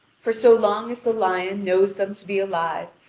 for so long as the lion knows them to be alive,